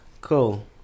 Cool